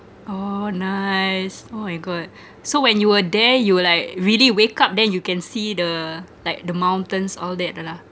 oh nice oh my god so when you were there you like really wake up then you can see the like the mountains all that lah